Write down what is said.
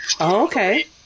Okay